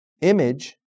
image